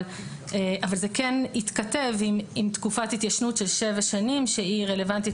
אבל זה כן התכתב עם תקופת התיישנות של שבע שנים שהיא רלוונטית